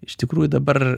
iš tikrųjų dabar